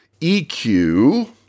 EQ